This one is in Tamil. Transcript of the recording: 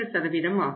3 ஆகும்